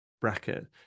bracket